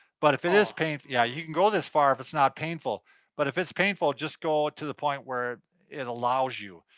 but if it is pain, yeah you can go this far if it's not painful but if it's painful just go to the point where it allows you.